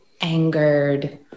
angered